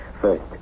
First